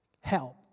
Help